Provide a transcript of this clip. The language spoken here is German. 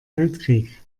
weltkrieg